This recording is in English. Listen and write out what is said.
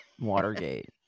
Watergate